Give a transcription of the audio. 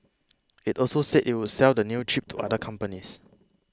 it also said it would sell the new chip to other companies